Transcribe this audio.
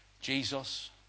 Jesus